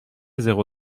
zéro